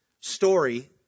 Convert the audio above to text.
story